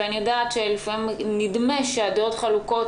ואני יודעת שלפעמים נדמה שהדעות חלוקות,